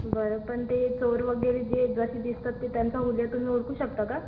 बरं पण ते चोर वगैरे जे जसे दिसतात ते त्यांचा हुलीया तुम्ही ओळखू शकता का